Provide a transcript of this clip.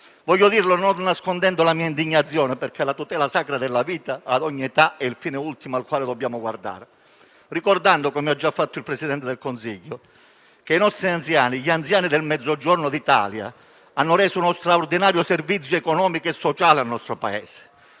Voglio dirlo senza nascondere la mia indignazione perché la tutela sacra della vita ad ogni età è il fine ultimo al quale dobbiamo guardare, ricordando, come ha già fatto il Presidente del Consiglio, che i nostri anziani, gli anziani del Mezzogiorno d'Italia, hanno reso uno straordinario servizio economico e sociale al nostro Paese,